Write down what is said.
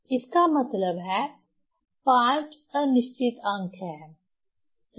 इसका मतलब है 5 अनिश्चित अंक है सही